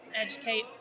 educate